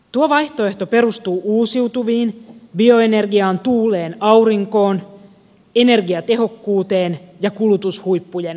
tuo vaihtoehto perustuu uusiutuviin bioenergiaan tuuleen aurinkoon energiatehokkuuteen ja kulutushuippujen tasaamiseen